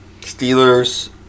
Steelers